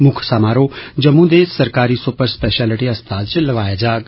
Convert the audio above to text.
मुक्ख समारोह जम्मे दे सरकारी सुपर स्पेशिलिटी अस्पताल च लोआया जाग